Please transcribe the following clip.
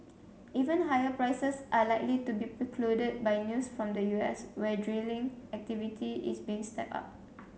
even higher prices are likely to be precluded by news from the U S where drilling activity is being stepped up